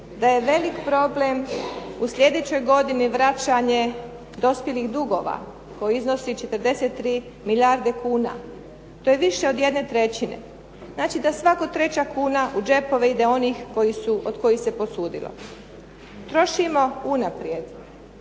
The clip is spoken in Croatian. da je veliki problem u sljedećoj godini vraćanje dospjelih dugova, koji iznosi 43 milijarde kuna. To je više od jedne trećine. Znači da svaka treća kuna u džepove ide onih od kojih se posudilo. Trošimo unaprijed.